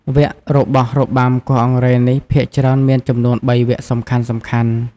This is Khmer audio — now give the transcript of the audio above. វគ្គរបស់របាំគោះអង្រែនេះភាគច្រើនមានចំនួន ៣ វគ្គសំខាន់ៗ។